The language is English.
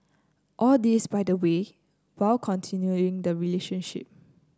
all this by the way while continuing the relationship